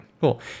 Cool